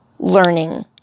learning